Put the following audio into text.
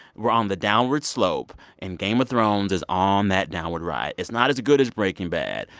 we're on the downward slope. and game of thrones is on that downward ride. it's not as good as breaking bad.